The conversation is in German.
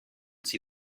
sie